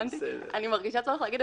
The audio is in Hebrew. אני מרגישה צורך להגיד,